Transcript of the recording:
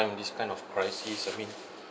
this kind of crisis I mean